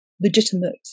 legitimate